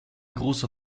großer